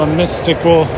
mystical